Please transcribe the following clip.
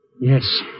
Yes